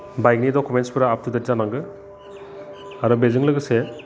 बाइकनि डकुमेन्सफोरा आपटुडेट जानांगोन आरो बेजों लोगोसे